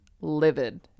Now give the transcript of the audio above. livid